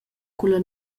culla